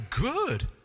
good